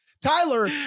Tyler